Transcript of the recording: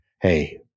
hey